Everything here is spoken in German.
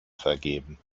vergeben